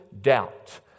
doubt